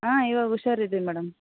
ಹಾಂ ಈವಾಗ ಹುಷಾರಿದ್ದೀನಿ ಮೇಡಮ್